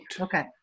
Okay